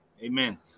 Amen